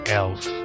else